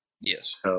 yes